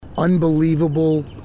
Unbelievable